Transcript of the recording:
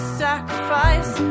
sacrifice